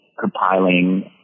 compiling